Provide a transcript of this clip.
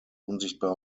unsichtbar